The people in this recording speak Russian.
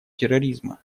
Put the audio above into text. терроризма